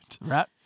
Right